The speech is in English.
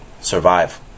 survive